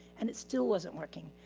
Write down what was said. and it still wasn't working.